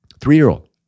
three-year-old